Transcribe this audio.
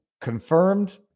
confirmed